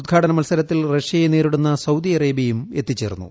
ഉദ്ഘാടന മത്സരത്തിൽ റഷ്യയെ നേരിടുന്ന സൌദി അറേബൃയും എത്തിച്ചേർന്നു